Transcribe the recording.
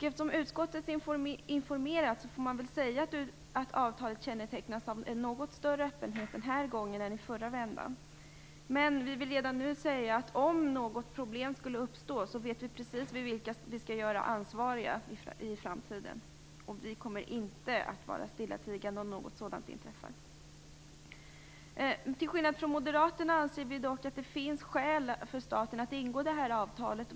Eftersom utskottet har informerats får man väl säga att avtalet den här gången kännetecknas av en något större öppenhet än i förra vändan. Vi vill redan nu säga, att om något problem skulle uppstå vet vi precis vilka vi skall göra ansvariga, och vi kommer inte att vara stillatigande om något sådant inträffar. Till skillnad från Moderaterna anser vi att det finns skäl för staten att ingå det här avtalet.